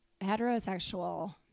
heterosexual